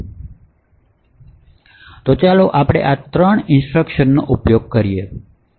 તો ચાલો આપણે આ 3 ઇન્સટ્રક્શનનો ઉપયોગ કરીને જોઇયે